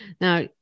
Now